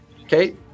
Okay